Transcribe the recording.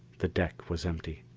the deck was empty.